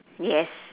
yes